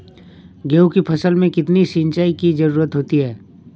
गेहूँ की फसल में कितनी सिंचाई की जरूरत होती है?